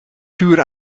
vuur